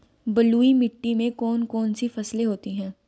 बलुई मिट्टी में कौन कौन सी फसलें होती हैं?